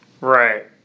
Right